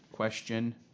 Question